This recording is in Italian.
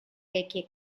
vecchie